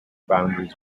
boundaries